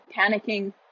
panicking